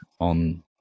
on